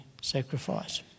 sacrifice